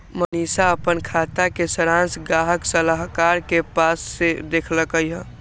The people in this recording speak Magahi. मनीशा अप्पन खाता के सरांश गाहक सलाहकार के पास से देखलकई